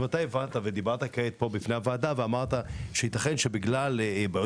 אתה אמרת כעת שייתכן שזה בגלל בעיות